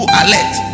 alert